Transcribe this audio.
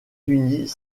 unis